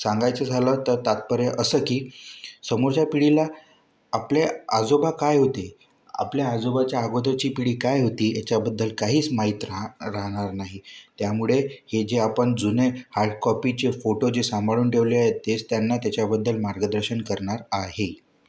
सांगायचं झालं तर तात्पर्य असं की समोरच्या पिढीला आपले आजोबा काय होते आपल्या आजोबाच्या अगोदरची पिढी काय होती याच्याबद्दल काहीच माहीत राह राहणार नाही त्यामुळे हे जे आपण जुने हार्डकॉपीचे फोटो जे सांभाळून ठेवले आहेत तेच त्यांना त्याच्याबद्दल मार्गदर्शन करणार आहे